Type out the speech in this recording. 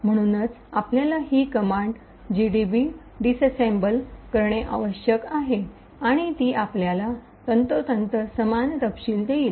म्हणूनच आपल्याला ही कमांड gdb डिस्सेम्बल gdb disassemble करणे आवश्यक आहे आणि ती आपल्याला तंतोतंत समान तपशील देईल